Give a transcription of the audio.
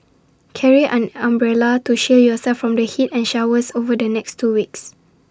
carry an umbrella to shield yourself from the heat and showers over the next two weeks